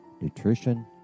nutrition